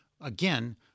again